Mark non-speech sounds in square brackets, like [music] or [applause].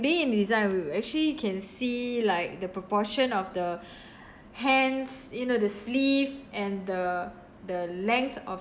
being in design we actually can see like the proportion of the [breath] hands you know the sleeve and the the length of